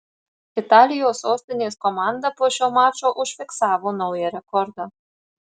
italijos sostinės komanda po šio mačo užfiksavo naują rekordą